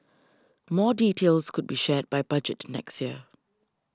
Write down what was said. more details could be shared by budget next year